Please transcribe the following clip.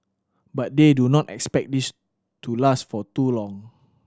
but they do not expect this to last for too long